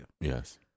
Yes